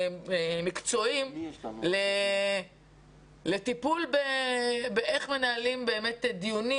מדריכים מקצועיים לאיך מנהלים באמת דיונים